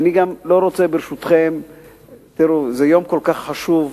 זה יום כל כך חשוב,